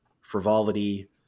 frivolity